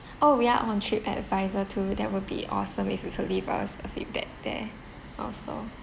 orh we are on trip advisor too that would be awesome if you could leave us a feedback there also